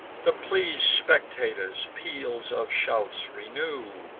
the pleas'd spectators peals of shouts renew,